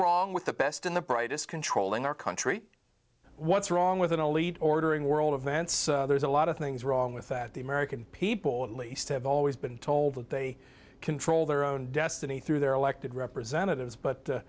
wrong with the best and the brightest controlling our country what's wrong with an elite ordering world events there's a lot of things wrong with that the american people at least have always been told that they control their own destiny through their elected representatives but